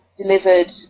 delivered